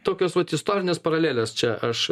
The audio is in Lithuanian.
tokias vat istorines paraleles čia aš